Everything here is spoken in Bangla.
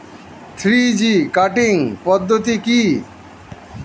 থ্রি জি কাটিং পদ্ধতি কি?